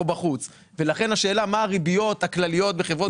(רישוי) (בנק בעל היקף פעילות רחב),